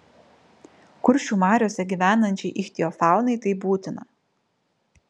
kuršių mariose gyvenančiai ichtiofaunai tai būtina